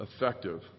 effective